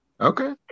Okay